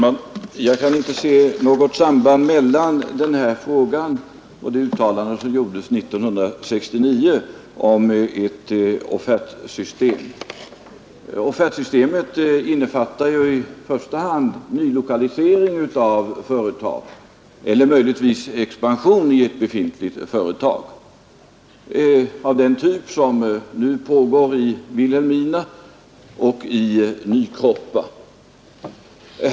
Herr talman! Jag kan inte se något samband mellan den här frågan och det uttalande som gjordes 1969 om ett offertsystem. Offertsystemet innefattar ju i första hand nylokalisering av företag eller möjligtvis expansion i ett befintligt företag av den typ som nu är aktuell i Vilhelmina och i Nykroppa.